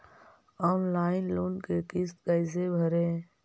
Online loan के किस्त कैसे भरे?